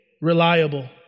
reliable